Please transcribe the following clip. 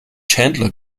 chandler